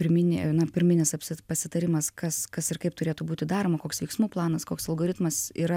pirminį na pirminis apsi pasitarimas kas kas ir kaip turėtų būti daroma koks veiksmų planas koks algoritmas yra